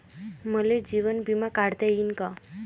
मले जीवन बिमा काढता येईन का?